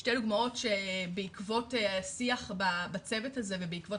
שתי דוגמאות שבעקבות השיח בצוות הזה ובעקבות